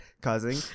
causing